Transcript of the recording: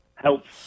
helps